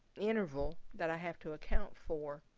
interval that i have to account for